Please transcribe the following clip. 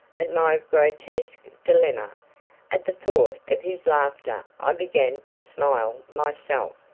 at my grotesque dilemma at the thought of his laughter i began to smile myself.